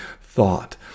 thought